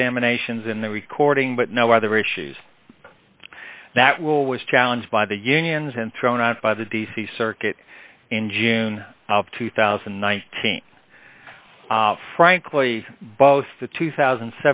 examinations in the recording but no other issues that will was challenged by the unions and thrown out by the d c circuit in june two thousand and nineteen frankly both the two thousand